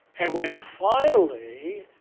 and when finally,